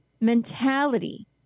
mentality